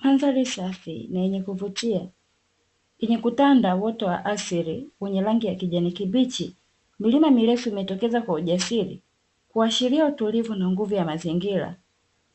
Mandhari safi na yenye kuvutia yenye kutanda uoto wa asili wenye rangi ya kijani kibichi, milima mirefu imetokeza kwa ujasiri kuashiria utulivu na nguvu ya mazingira